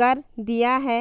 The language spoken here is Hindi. कर दिया है